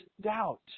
doubt